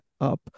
up